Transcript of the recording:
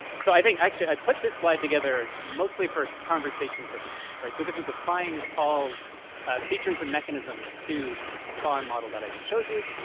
so i think, actually, i put this slide together mostly for conversation purposes, right? so this was applying paul's features and mechanisms to the spaun model that i just showed you,